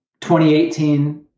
2018